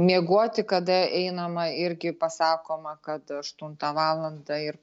miegoti kada einama irgi pasakoma kad aštuntą valandą ir